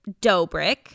Dobrik